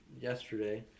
yesterday